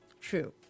True